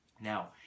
Now